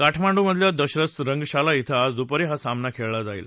काठमांडूमधल्या दशरथ रंगशाला इथं आज दूपारी हा सामना खेळला जाईल